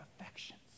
affections